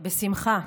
בשמחה.